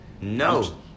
No